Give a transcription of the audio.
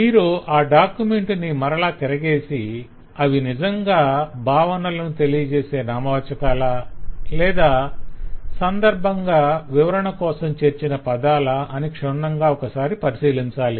మీరు ఆ డాక్యుమెంట్ ని మరల తిరగేసి అవి నిజంగా భావనలను తెలియజేసే నామవాచకాలా లేదా సందర్భంగా వివరణకోసం చేర్చిన పదాలా అని క్షుణ్ణంగా ఒకసారి పరిశీలించాలి